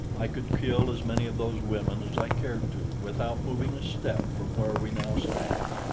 i could kill as many of those women as i cared to, without moving a step from where we now stand.